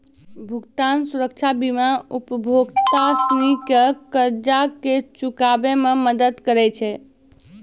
भुगतान सुरक्षा बीमा उपभोक्ता सिनी के कर्जा के चुकाबै मे मदद करै छै